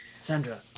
Sandra